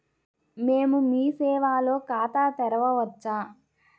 మేము మీ సేవలో ఖాతా తెరవవచ్చా?